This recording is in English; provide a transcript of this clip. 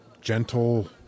gentle